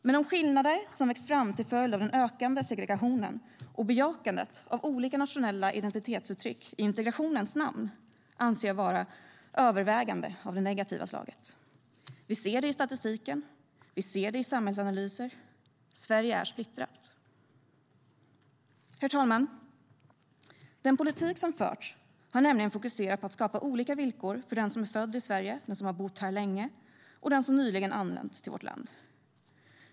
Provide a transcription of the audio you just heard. Men de skillnader som växt fram till följd av den ökande segregationen och bejakandet av olika nationella identitetsuttryck i integrationens namn anser jag vara övervägande av det negativa slaget. Vi ser det i statistiken och vi ser det i samhällsanalyser: Sverige är splittrat. Herr talman! Den politik som förts har nämligen fokuserat på att skapa olika villkor för den som är född i Sverige och har bott här länge och den som nyligen anlänt till vårt land.